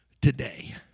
today